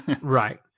Right